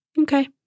okay